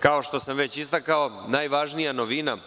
Kao što sam već istakao, najvažnija novina